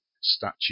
statue